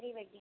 pre-wedding